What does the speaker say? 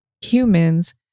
humans